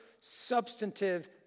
substantive